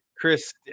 Chris